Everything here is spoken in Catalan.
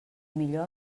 millor